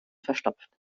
verstopft